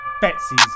betsy's